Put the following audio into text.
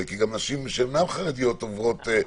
כי גם נשים שאינן חרדיות עוברות את זה.